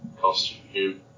costume